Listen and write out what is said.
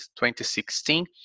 2016